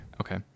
Okay